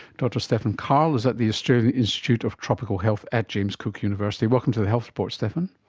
dr stephan karl is at the australian institute of tropical health at james cook university. welcome to the health report, stephan.